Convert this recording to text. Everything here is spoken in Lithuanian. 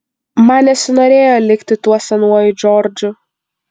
man nesinorėjo likti tuo senuoju džordžu